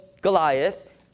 Goliath